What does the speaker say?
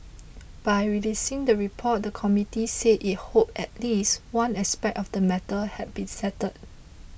by releasing the report the committee said it hoped at least one aspect of the matter had been settled